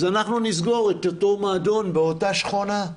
אז אנחנו נסגור את אותו מועדון באותה שכונה,